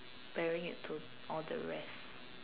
~paring it to all the rest